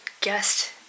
guest